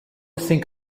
think